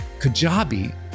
Kajabi